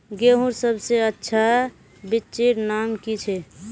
गेहूँर सबसे अच्छा बिच्चीर नाम की छे?